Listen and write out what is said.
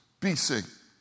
BC